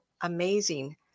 amazing